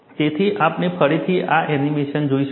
તેથી આપણે ફરીથી આ એનિમેશન જોઈશું